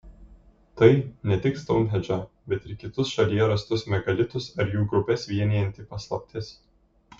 tai ne tik stounhendžą bet ir kitus šalyje rastus megalitus ar jų grupes vienijanti paslaptis